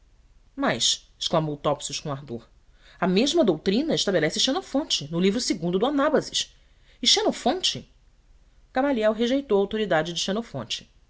mas exclamou topsius com ardor a mesma doutrina estabelece xenofonte no livro segundo do anábasis e xenofonte gamaliel rejeitou a autoridade de xenofonte